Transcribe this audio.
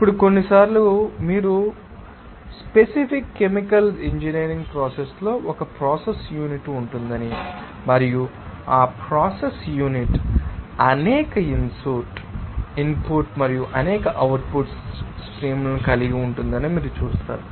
ఇప్పుడు కొన్నిసార్లు మీరు స్పెసిఫిక్ కెమికల్ ఇంజనీరింగ్ ప్రోసెస్ లో ఒక ప్రాసెస్ యూనిట్ ఉంటుందని మరియు ఆ ప్రాసెస్ యూనిట్ అనేక ఇన్పుట్ మరియు అనేక అవుట్పుట్ స్ట్రీమ్లను కలిగి ఉంటుందని మీరు చూస్తారు